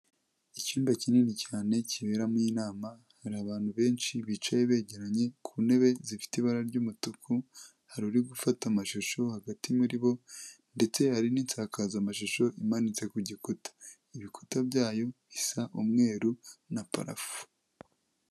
Icyumba kinini cyane kiberamo inama, hari abantu benshi bicaye begeranye ku ntebe zifite ibara ry'umutuku, hari uri gufata amashusho hagati muri bo ndetse hari n'insakazamashusho imanitse ku gikuta. Ibikuta byayo bisa umweru na parafo.